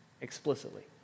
explicitly